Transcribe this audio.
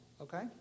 okay